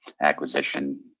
acquisition